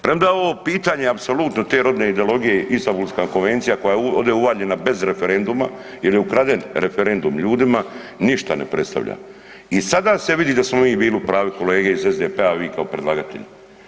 Premda ovo pitanje apsolutno, te rodne ideologije, Istambulska konvencija koja je ovdje uvaljena bez referenduma jer je ukraden referendum ljudima, ništa ne predstavlja i sada se vidi da smo bili u pravu i kolege iz SDP-a, vi kao predlagatelji.